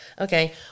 Okay